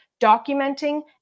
documenting